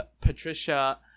patricia